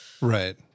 Right